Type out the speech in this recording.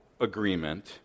agreement